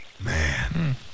Man